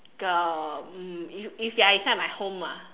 um if if you are inside my home ah